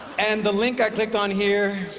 and the link i clicked on here,